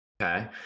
okay